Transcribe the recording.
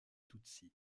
tutsi